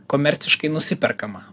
komerciškai nusiperkama